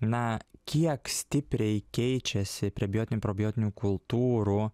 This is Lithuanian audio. na kiek stipriai keičiasi prebiotinių probiotinių kultūrų